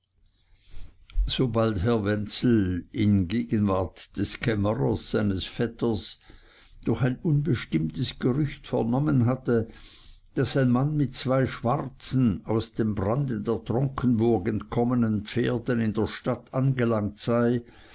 sobald herr wenzel in gegenwart des kämmerers seines vetters durch ein unbestimmtes gerücht vernommen hatte daß ein mann mit zwei schwarzen aus dem brande der tronkenburg entkommenen pferden in der stadt angelangt sei